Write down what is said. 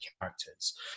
characters